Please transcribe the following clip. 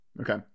Okay